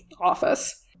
office